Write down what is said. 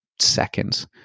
seconds